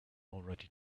already